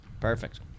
perfect